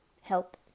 help